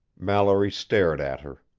mallory stared at her.